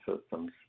systems